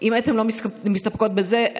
אם אתן לא מסתפקות בזה,